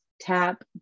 tap